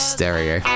Stereo